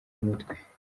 mutwe